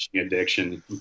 addiction